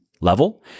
level